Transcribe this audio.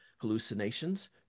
hallucinations